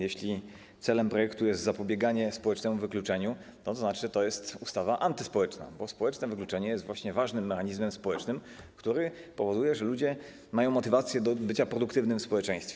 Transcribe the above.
Jeśli celem projektu jest zapobieganie społecznemu wykluczeniu, to znaczy, że to jest ustawa antyspołeczna, bo społeczne wykluczenie jest ważnym mechanizmem społecznym, który powoduje, że ludzie mają motywację do bycia produktywnymi w społeczeństwie.